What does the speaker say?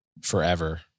forever